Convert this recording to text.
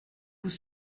vous